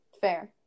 Fair